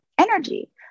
energy